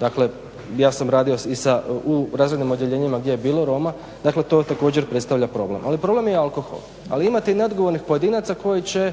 Dakle, ja sam radio i sa razrednim odjeljenjima gdje je bilo Roma, dakle to također predstavlja problem. Ali problem je i alkohol. Ali imate i neodgovornih pojedinaca koji će